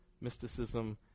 mysticism